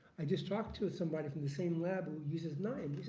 i just talked to somebody from the same lab who uses nine.